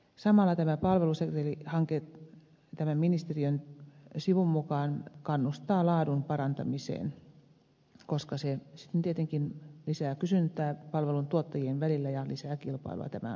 samalla tämä palvelusetelihanke ministeriön sivun mukaan kannustaa laadun parantamiseen koska se tietenkin lisää kysyntää palvelun tuottajien välillä ja lisää kilpailua tämä on ihan päivänselvää